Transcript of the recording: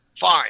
fine